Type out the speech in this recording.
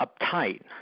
uptight